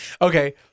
okay